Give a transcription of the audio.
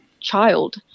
child